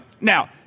Now